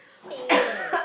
hate you eh